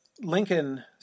Lincoln